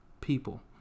people